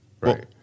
Right